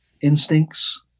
instincts